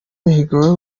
mihigo